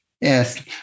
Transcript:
yes